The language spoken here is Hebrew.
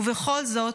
ובכל זאת,